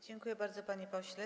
Dziękuję bardzo, panie pośle.